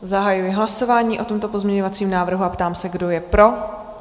Zahajuji hlasování o tomto pozměňovacím návrhu a ptám se, kdo je pro?